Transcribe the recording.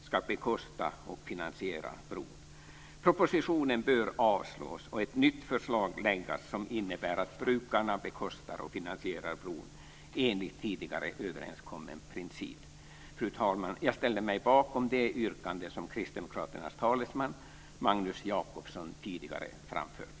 ska bekosta och finansiera bron. Propositionen bör avslås och ett nytt förslag läggas som innebär att brukarna bekostar och finansierar bron enligt tidigare överenskommen princip. Fru talman! Jag ställer mig bakom de yrkanden som Kristdemokraternas talesman Magnus Jacobsson tidigare framfört.